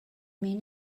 mean